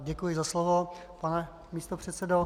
Děkuji za slovo, pane místopředsedo.